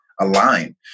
align